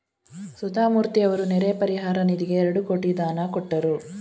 ಸುಧಾಮೂರ್ತಿಯವರು ನೆರೆ ಪರಿಹಾರ ನಿಧಿಗೆ ಎರಡು ಕೋಟಿ ದಾನ ಕೊಟ್ಟರು